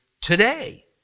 today